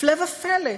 הפלא ופלא.